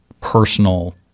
personal